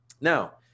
Now